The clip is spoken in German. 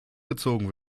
gezogen